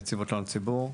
נציבות תלונות הציבור.